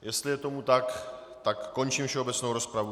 Jestli je tomu tak, končím všeobecnou rozpravu.